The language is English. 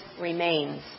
remains